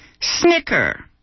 Snicker